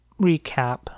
recap